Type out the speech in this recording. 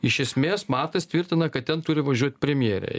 iš esmės matas tvirtina kad ten turi važiuot premjerė